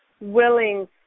willing